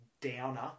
downer